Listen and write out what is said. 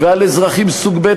ועל אזרחים סוג ב',